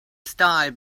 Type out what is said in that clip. style